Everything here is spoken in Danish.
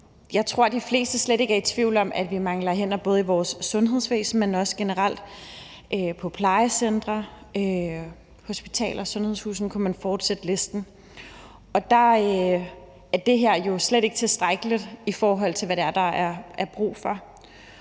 Jeg tror, de fleste slet ikke er i tvivl om, at vi mangler hænder, både i vores sundhedsvæsen, men også generelt på plejecentre, hospitaler og sundhedshuse, sådan kunne man fortsætte listen. Og der er det her jo slet ikke tilstrækkeligt, i forhold til hvad det er, der